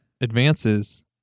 advances